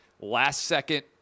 last-second